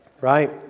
right